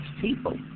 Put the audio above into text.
people